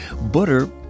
Butter